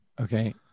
Okay